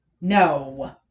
No